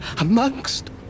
amongst